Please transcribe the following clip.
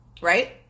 right